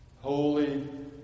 Holy